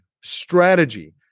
strategy